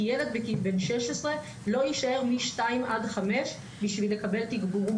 כי ילד בן 16 לא יישאר מ-14:00 עד 17:00 בשביל לקבל תגבור.